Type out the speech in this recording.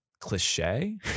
cliche